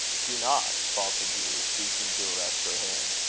do not, faltered hugh, seeking to arrest her hand,